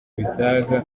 bisaga